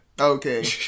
okay